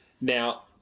now